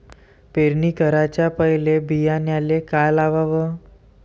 पेरणी कराच्या पयले बियान्याले का लावाव?